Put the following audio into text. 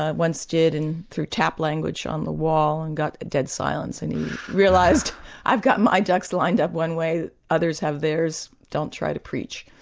ah once did, and through tap language on the wall and got a dead silence and realised i've got my ducks lined up one way, others have theirs don't try to preach'.